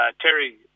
Terry